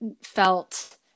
felt